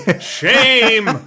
shame